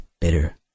bitter